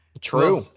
True